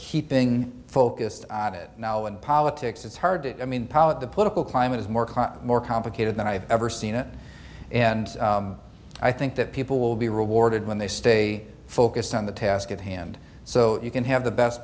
keeping focused on it now and politics it's hard i mean power at the political climate is more calm or complicated than i've ever seen it and i think that people will be rewarded when they stay focused on the task at hand so you can have the best